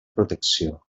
protecció